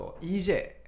EJ